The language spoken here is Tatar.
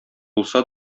булса